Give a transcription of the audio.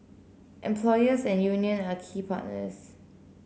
employers and union are key partners